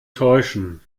täuschen